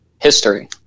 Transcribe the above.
history